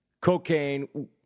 cocaine